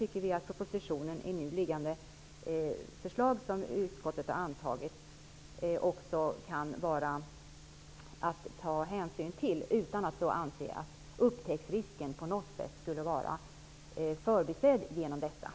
Vi anser därför att man kan ta fasta på propositionens förslag, som utskottet nu har ställt sig bakom, utan att man därmed på något sätt förbiser upptäcktsrisken.